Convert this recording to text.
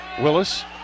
Willis